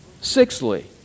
Sixthly